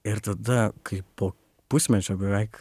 ir tada kai po pusmečio beveik